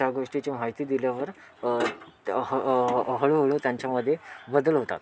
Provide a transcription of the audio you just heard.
त्या गोष्टीची माहिती दिल्यावर हळूहळू त्यांच्यामध्ये बदल होतात